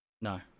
No